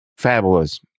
fabulous